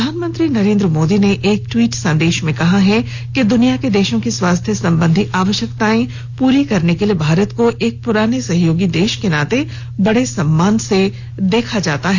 प्रधानमंत्री नरेन्द्र मोदी ने एक ट्वीट संदेश में कहा है कि दुनिया के देशों की स्वास्थ्य संबंधी आवश्यकतायें पूरा करने के लिए भारत को एक पुराने सहयोगी देश के नाते बडे सम्मान से देखा जाता है